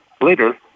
Later